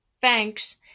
Thanks